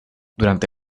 durante